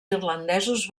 irlandesos